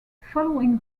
following